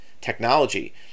technology